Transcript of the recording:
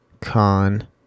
Con